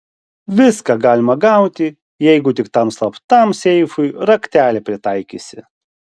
viską galima gauti jeigu tik tam slaptam seifui raktelį pritaikysi